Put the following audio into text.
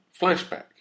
flashback